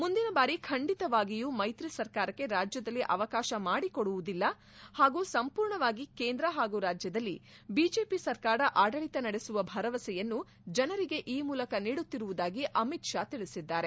ಮುಂದಿನ ಬಾರಿ ಖಂಡಿತವಾಗಿಯೂ ಮೈತ್ರಿ ಸರ್ಕಾರಕ್ಕೆ ರಾಜ್ಯದಲ್ಲಿ ಅವಕಾಶ ಮಾಡಿಕೊಡುವುದಿಲ್ಲ ಹಾಗೂ ಸಂಪೂರ್ಣವಾಗಿ ಕೇಂದ್ರ ಹಾಗೂ ರಾಜ್ಯದಲ್ಲಿ ಬಿಜೆಪಿ ಸರ್ಕಾರ ಆಡಳಿತ ನಡೆಸುವ ಭರವಸೆಯನ್ನು ಜನರಿಗೆ ಈ ಮೂಲಕ ನೀಡುತ್ತಿರುವುದಾಗಿ ಅಮಿತ್ ಷಾ ತಿಳಿಸಿದ್ದಾರೆ